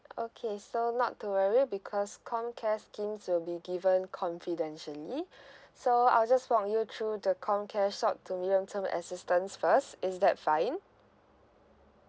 okay so not to worry because comcare schemes will be given confidentially so I'll just walk you through the comcare short to medium term assistance first is that fine